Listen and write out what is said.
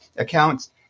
accounts